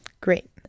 great